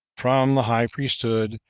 from the high priesthood,